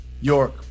York